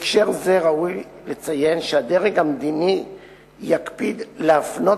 בהקשר זה ראוי לציין שהדרג המדיני יקפיד להפנות